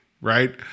right